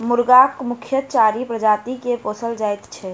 मुर्गाक मुख्यतः चारि प्रजाति के पोसल जाइत छै